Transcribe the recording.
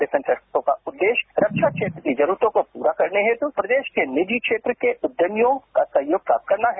difference expo का उद्देश्य रक्षा क्षेत्र की जरूरतों को प्ररा करने हेतु प्रदेश के निजी क्षेत्र के उद्यमियों का सहयोग प्राप्त करना है